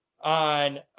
on